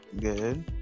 Good